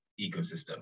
ecosystem